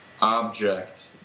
object